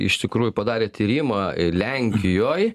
iš tikrųjų padarė tyrimą lenkijoj